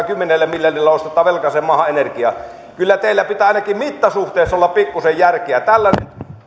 kymmenellä miljardilla ostetaan velkaiseen maahan energiaa kyllä teillä pitää ainakin mittasuhteissa olla pikkuisen järkeä tällaisessa